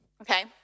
Okay